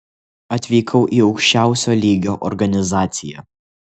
atvykau į aukščiausio lygio organizaciją